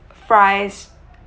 fries